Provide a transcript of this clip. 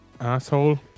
asshole